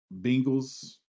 Bengals